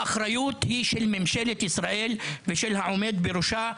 האחריות היא של ממשלת ישראל של העומד בראשה,